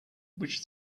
which